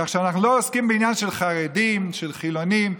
כך שאנחנו לא עוסקים בעניין של חרדים, של חילונים.